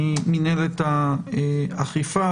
ממינהלת האכיפה,